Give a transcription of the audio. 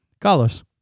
Carlos